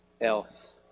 else